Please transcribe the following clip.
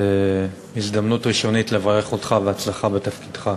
הזדמנות ראשונית לברך אותך בהצלחה בתפקידך.